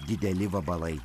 dideli vabalai